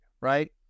right